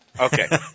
Okay